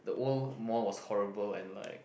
the old mall was horrible and like